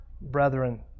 brethren